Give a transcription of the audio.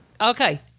Okay